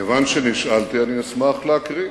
כיוון שנשאלתי, אני אשמח להקריא.